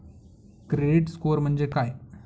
Credit score म्हणजे काय?